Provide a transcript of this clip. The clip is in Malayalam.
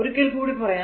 ഒരിക്കൽ കൂടി പറയാം